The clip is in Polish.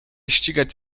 ścigać